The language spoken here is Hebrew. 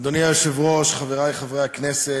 אדוני היושב-ראש, חברי חברי הכנסת,